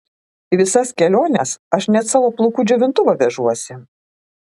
į visas keliones aš net savo plaukų džiovintuvą vežuosi